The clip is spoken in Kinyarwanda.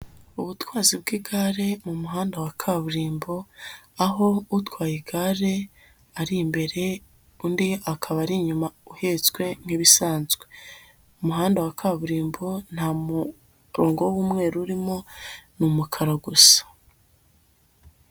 Ubutwazi bw'igare mu muhanda wa kaburimbo, aho utwaye igare ari imbere undi akaba ari inyuma uhetswe nk'ibisanzwe, umuhanda wa kaburimbo nta murongo w'umweru urimo ni umukara gusa.